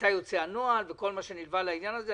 מתי יוצא הנוהל וכל מה שנלווה לעניין הזה.